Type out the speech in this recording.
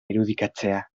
irudikatzea